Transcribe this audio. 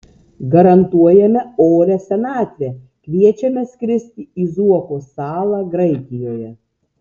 garantuojame orią senatvę kviečiame skristi į zuoko salą graikijoje